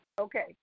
Okay